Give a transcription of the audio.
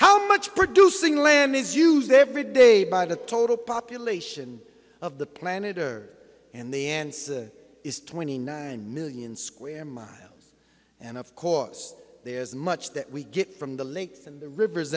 how much producing lem is used every day by the total population of the planet or in the end is twenty nine million square miles and of course there is much that we get from the links and the rivers